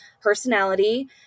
personality